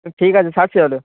ঠিক আছে ছাড়ছি দাদা